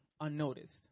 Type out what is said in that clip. unnoticed